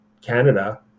Canada